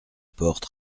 porte